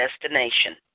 destination